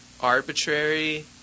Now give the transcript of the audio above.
arbitrary